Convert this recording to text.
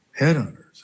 Headhunters